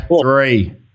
Three